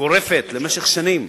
גורפת במשך שנים.